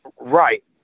Right